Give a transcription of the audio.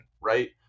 right